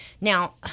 Now